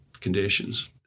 conditions